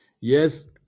Yes